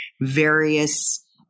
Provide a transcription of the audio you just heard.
various